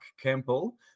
Campbell